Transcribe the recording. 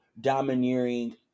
domineering